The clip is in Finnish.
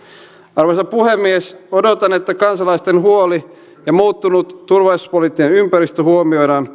arvoisa puhemies odotan että kansalaisten huoli ja muuttunut turvallisuuspoliittinen ympäristö huomioidaan